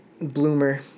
bloomer